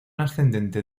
ascendente